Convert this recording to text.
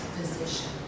position